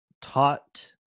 taught